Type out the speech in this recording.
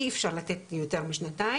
אי אפשר לתת יותר משנתיים.